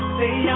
say